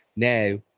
now